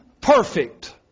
perfect